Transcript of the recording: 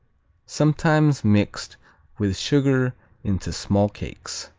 sometimes mixed with sugar into small cakes.